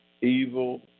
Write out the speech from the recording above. evil